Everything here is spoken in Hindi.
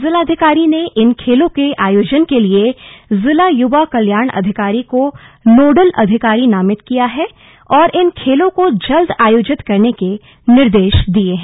जिलाधिकारी ने इन खेलों के आयोजन के लिए जिले युवा कल्याण अधिकारी को नोडल अधिकारी नामित किया है और इन खेलों को जल्द आयोजित करने के निर्देश दिए हैं